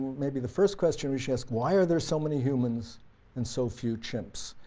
maybe the first question we should ask, why are there so many humans and so few chimps?